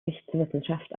rechtswissenschaft